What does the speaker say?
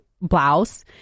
blouse